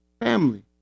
family